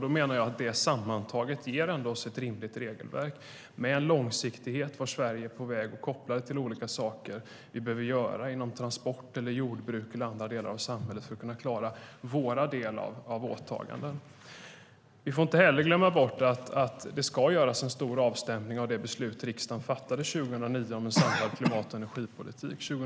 Jag menar att det sammantaget ger oss ett rimligt regelverk med en långsiktighet vad gäller vart Sverige är på väg och kopplat till olika saker som vi behöver göra inom transport, jordbruk och andra delar av samhället för att kunna klara vår del av åtagandena. Vi får inte glömma bort att det ska göras en stor avstämning av det beslut riksdagen fattade 2009 om en samlad klimat och energipolitik.